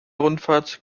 rundfahrt